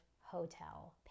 hotel